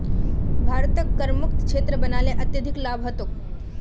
भारतक करमुक्त क्षेत्र बना ल अत्यधिक लाभ ह तोक